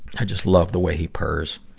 i just love the way he purrs.